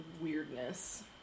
Weirdness